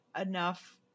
enough